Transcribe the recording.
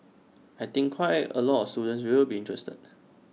I think quite A lot of students will be interested